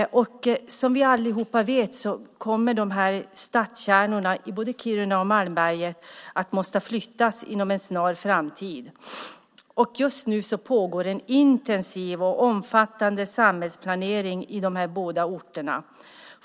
Som vi alla vet kommer stadskärnorna i både Kiruna och Malmberget att behöva flyttas inom en snar framtid, och just nu pågår en intensiv och omfattande samhällsplanering i de båda orterna.